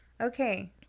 Okay